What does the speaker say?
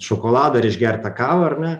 šokoladą ir išgert tą kavą ar ne